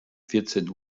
vierzehn